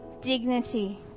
dignity